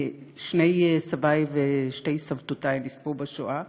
שני סבי ושתי סבתותי נספו בשואה,